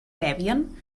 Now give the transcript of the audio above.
debian